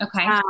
Okay